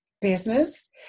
business